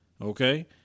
Okay